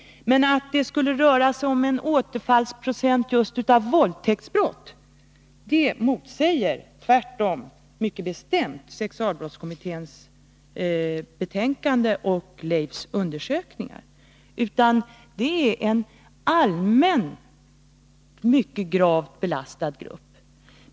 Men att det skulle röra sig om en viss procent av återfall av våldtäktsbrott motsägs mycket bestämt i sexualbrottskommitténs betänkande och Leif G. W. Perssons undersökningar. Det är i stället fråga om en allmänt mycket gravt belastad grupp.